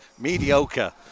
mediocre